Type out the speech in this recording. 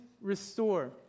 restore